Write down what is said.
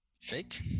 Fake